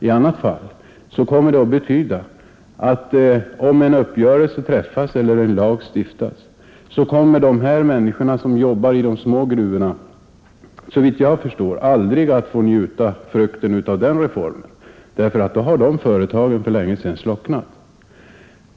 I annat fall kommer det att betyda att om en uppgörelse träffas eller en lag stiftas, kommer de här människorna som jobbar i de små gruvorna, såvitt jag förstår, aldrig att få njuta frukten av den reformen, därför att då har de företagen för länge sedan slocknat.